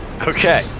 Okay